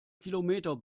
kilometer